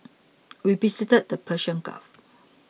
we visited the Persian Gulf